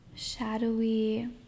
shadowy